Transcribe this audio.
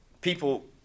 People